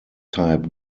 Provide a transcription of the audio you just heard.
type